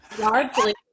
largely